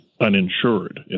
uninsured